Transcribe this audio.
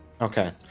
Okay